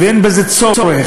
ואין בזה צורך,